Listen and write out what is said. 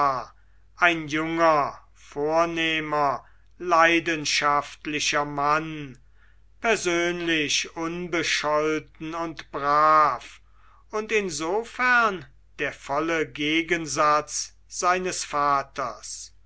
ein junger vornehmer leidenschaftlicher mann persönlich unbescholten und brav und insofern der volle gegensatz seines vaters